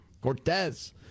Cortez